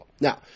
Now